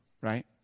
right